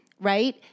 right